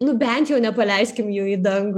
nu bent jau nepaleiskim jų į dangų